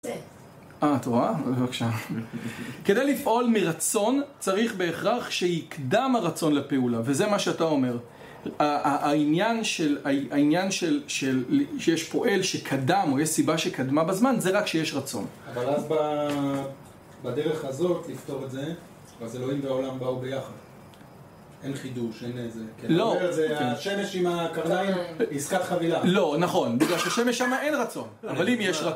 אה, את רואה? בבקשה. כדי לפעול מרצון, צריך בהכרח שיקדם הרצון לפעולה. וזה מה שאתה אומר. העניין שיש פועל שקדם, או יש סיבה שקדמה בזמן, זה רק שיש רצון. אבל אז בדרך הזאת, לפתור את זה, אז אלוהים והעולם באו ביחד. אין חידוש, אין איזה... לא. זה השמש עם הקרניים, עסקת חבילה. לא, נכון. בגלל שהשמש שם אין רצון. אבל אם יש רצון...